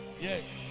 Yes